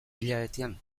hilabetean